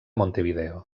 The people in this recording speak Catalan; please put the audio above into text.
montevideo